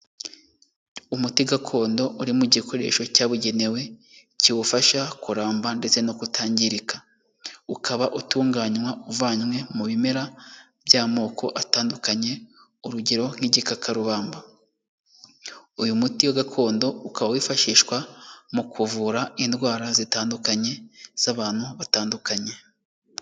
Umuti gakondo uri mu gikoresho cyabugenewe kiwufasha kuramba ndetse no kutangirika, ukaba utunganywa uvanywe mu bimera by'amoko atandukanye urugero: nk'igikakarubamba. Uyu muti gakondo uka wifashishwa mu kuvura indwara zitandukanye z'abantu batandukanye.